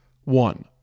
one